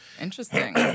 Interesting